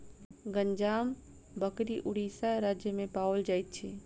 गंजाम बकरी उड़ीसा राज्य में पाओल जाइत अछि